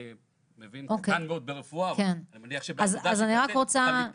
אני מבין מעט מאוד ברפואה אבל אני מניח שעל מנת לקבל את